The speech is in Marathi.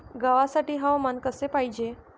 गव्हासाठी हवामान कसे पाहिजे?